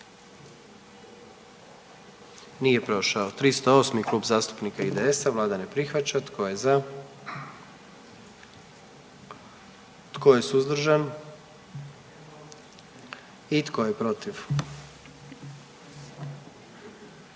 dio zakona. 44. Kluba zastupnika SDP-a, vlada ne prihvaća. Tko je za? Tko je suzdržan? Tko je protiv?